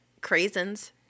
craisins